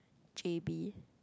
j_b